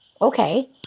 Okay